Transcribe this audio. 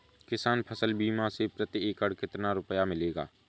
किसान फसल बीमा से प्रति एकड़ कितना रुपया मिलेगा?